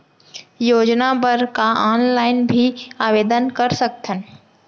योजना बर का ऑनलाइन भी आवेदन कर सकथन?